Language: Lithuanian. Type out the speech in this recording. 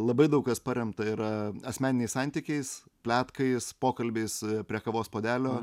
labai daug kas paremta yra asmeniniais santykiais pletkais pokalbiais prie kavos puodelio